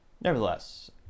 Nevertheless